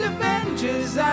Avengers